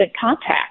contact